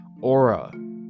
aura